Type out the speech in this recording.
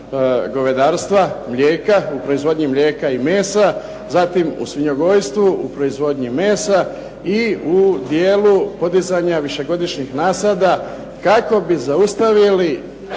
govedarstva, mlijeka, u proizvodnji mlijeka i mesa, zatim u svinjogojstvu, u proizvodnji mesa i u dijelu podizanja višegodišnjih nasada kako bi zaustavili